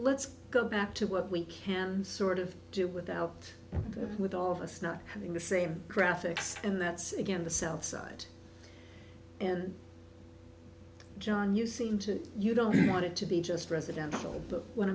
let's go back to what we can sort of do without with all of us not having the same graphics and that's again the sell side and john you seem to you don't want it to be just residential but wh